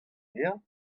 dezhañ